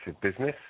business